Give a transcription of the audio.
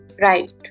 Right